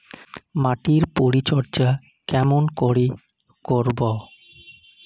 মাটির পরিচর্যা কেমন করে করব?